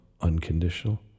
unconditional